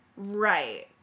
Right